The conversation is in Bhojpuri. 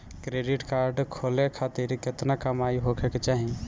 क्रेडिट कार्ड खोले खातिर केतना कमाई होखे के चाही?